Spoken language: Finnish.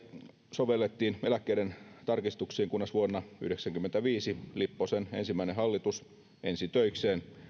sovellettiin eläkkeiden tarkistuksiin kunnes vuonna yhdeksänkymmentäviisi lipposen ensimmäinen hallitus ensitöikseen